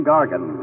Gargan